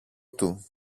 του